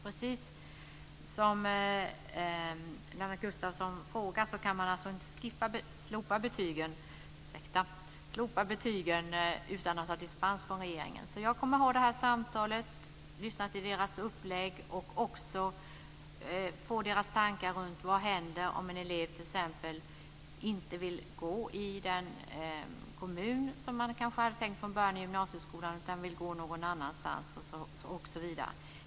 Precis som Lennart Gustavsson sade så kan man alltså inte slopa betygen utan att ha dispens från regeringen. Jag kommer att ha detta samtal och lyssna till deras upplägg och också lyssna till deras tankar om vad som händer om en elev t.ex. inte vill gå i gymnasiet i den kommun som man kanske hade tänkt från början utan gå någon annanstans, osv.